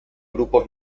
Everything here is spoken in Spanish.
grupos